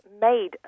made